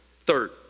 Third